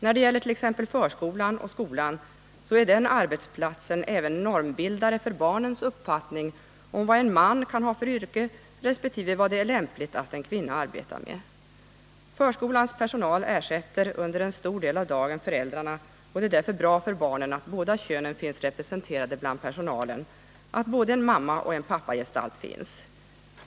När det gäller förskolan och skolan i övrigt, så är den arbetsplatsen även normbildande för barnens uppfattning om vad en man kan ha för yrke resp. vad det är lämpligt att en kvinna arbetar med. Förskolans personal ersätter under en stor del av dagen föräldrarna, och det är därför bra för barnen att båda könen finns representerade bland personalen, att både en mammaoch en pappagestalt finns.